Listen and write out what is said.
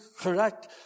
correct